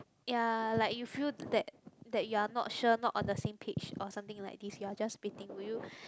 ya like you feel that that you are not sure not on the same page or something like this you're just spitting will you